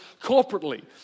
corporately